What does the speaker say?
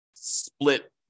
split